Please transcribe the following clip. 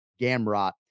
Gamrot